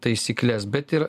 taisykles bet ir